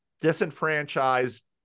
disenfranchised